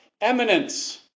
Eminence